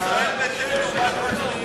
ישראל ביתנו, מה אתם מצביעים?